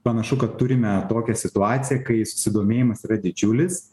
panašu kad turime tokią situaciją kai susidomėjimas yra didžiulis